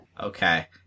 Okay